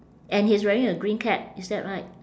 and he's wearing a green cap is that right